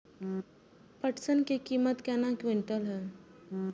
पटसन की कीमत केना किलोग्राम हय?